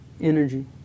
energy